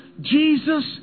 Jesus